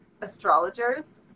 astrologers